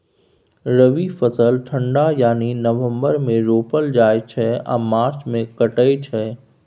रबी फसल ठंढा यानी नवंबर मे रोपल जाइ छै आ मार्च मे कटाई छै